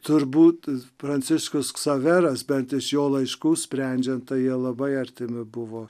turbūt pranciškus ksaveras bent iš jo laiškų sprendžiant tai jie labai artimi buvo